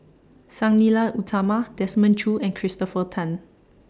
Sang Nila Utama Desmond Choo and Christopher Tan